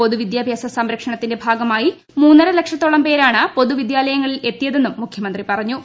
പൊതു വിദ്യാഭ്യാസ സംരക്ഷണത്തിന്റെ ഭാഗമായി മൂന്നരില്ലക്ഷത്തോളം പേരാണ് പൊതുവിദ്യാലയങ്ങളിൽ എത്തിയത്തെന്നും മുഖ്യമന്ത്രി പറഞ്ഞു